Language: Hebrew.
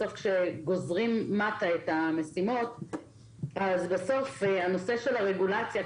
כשגוזרים למטה את המשימות אז בסוף הנושא של הרגולציה,